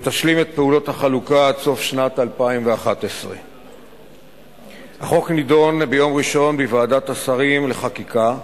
ותשלים את פעולות החלוקה עד סוף שנת 2011. החוק נדון ביום ראשון בוועדת השרים לחקיקה,